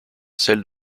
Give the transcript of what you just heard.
celle